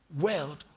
world